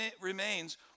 remains